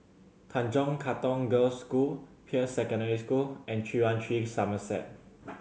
Tanjong Katong Girls' School Peirce Secondary School and Three One Three Somerset